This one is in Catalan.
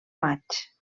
maig